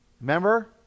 Remember